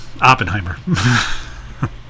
Oppenheimer